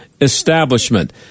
establishment